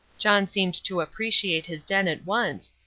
john seemed to appreciate his den at once,